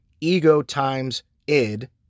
ego-times-id